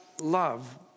love